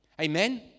Amen